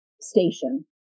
station